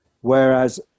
Whereas